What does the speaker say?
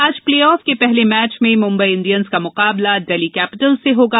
आज प्लेऑफ के पहले मैच में मुम्बई इंडियन्स का मुकाबला दिल्ली कैपिटल्स से होगा